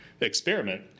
Experiment